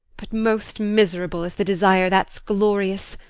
but most miserable is the desire that's glorious.